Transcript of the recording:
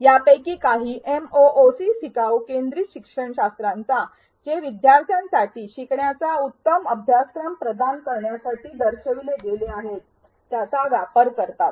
यापैकी काही एमओओसी शिकाऊ केंद्रित शिक्षणशास्त्रांचा जे विद्यार्थ्यांसाठी शिकण्याचा उत्तम अनुभव प्रदान करण्यासाठी दर्शविले गेले आहेत त्याचा वापर करतात